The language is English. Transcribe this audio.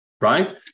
Right